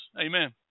amen